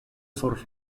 for